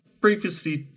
previously